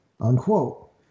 unquote